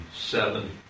seven